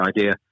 idea